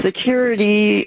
security